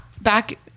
back